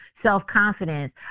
self-confidence